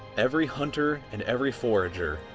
every hunter and every forager.